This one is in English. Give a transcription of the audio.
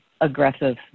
aggressive